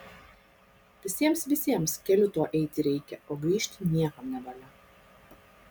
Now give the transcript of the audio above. visiems visiems keliu tuo eiti reikia o grįžti niekam nevalia